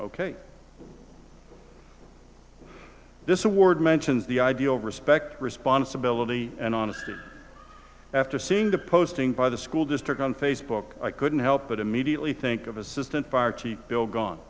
ok this award mentions the idea of respect responsibility and honestly after seeing the posting by the school district on facebook i couldn't help but immediately think of assistant fire chief bill gon